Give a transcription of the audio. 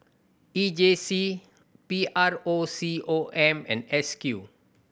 E J C P R O C O M and S Q